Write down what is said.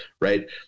right